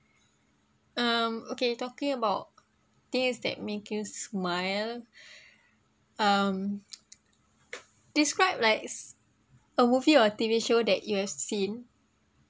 um okay talking about things that make you smile um describe likes a movie or T_V show that you have seen